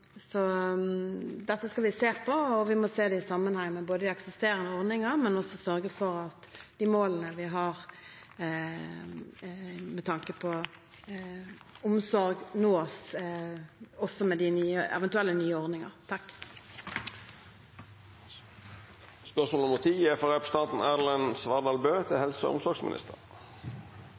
Dette skal vi se på, og vi må se det i sammenheng med eksisterende ordninger, men også sørge for at de målene vi har med tanke på omsorg, nås, også med de eventuelle nye ordningene. «Pårørende er en uvurderlig ressurs som gjør en enorm innsats for sine nærmeste. Det er